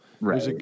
Right